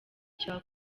cya